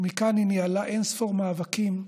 מכאן היא ניהלה אין-ספור מאבקים.